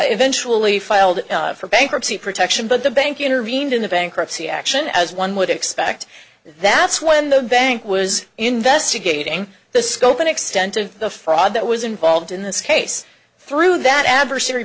eventually filed for bankruptcy protection but the bank intervened in the bankruptcy action as one would expect that's when the bank was investigating the scope and extent of the fraud that was involved in this case through that adversary